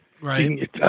right